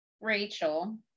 Rachel